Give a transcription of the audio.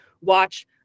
watch